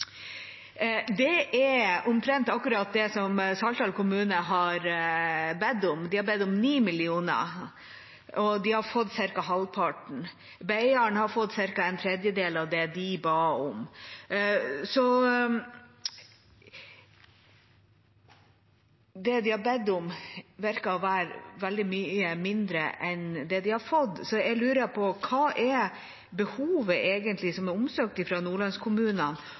Det er akkurat det Saltdal kommune har bedt om, 9 mill. kr, og de har fått ca. halvparten. Beiarn har fått ca. en tredjedel av det de ba om. Det de har bedt om, ser ut til å være veldig mye mindre enn det de har fått. Jeg lurer på: Hva er egentlig behovet som er omsøkt fra nordlandskommunene,